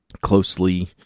closely